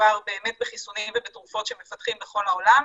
מדובר באמת בחיסונים ותרופות שמפתחים בכל העולם.